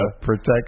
protect